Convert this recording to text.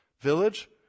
Village